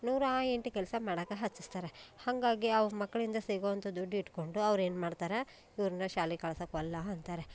ನೂರಾ ಎಂಟು ಕೆಲಸ ಮಾಡಕ್ಕ ಹಚ್ಚಸ್ತಾರೆ ಹಾಗಾಗಿ ಆ ಮಕ್ಕಳಿಂದ ಸಿಗುವಂಥ ದುಡ್ಡು ಇಟ್ಟುಕೊಂಡು ಅವ್ರು ಏನು ಮಾಡ್ತಾರ ಇವ್ರನ್ನ ಶಾಲೆಗೆ ಕಳ್ಸಕ್ಕೆ ವಲ್ಲೆ ಅಂತಾರೆ